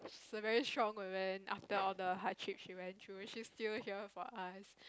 is a very strong woman after all the hardships she went through she's still here for us